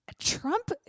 Trump